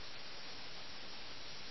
ഇത് കളിയുടെ ചട്ടങ്ങൾക്ക് വിരുദ്ധമാണ്